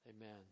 Amen